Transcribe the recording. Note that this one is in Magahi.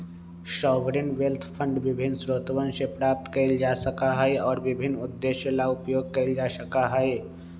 सॉवरेन वेल्थ फंड विभिन्न स्रोतवन से प्राप्त कइल जा सका हई और विभिन्न उद्देश्य ला उपयोग कइल जा सका हई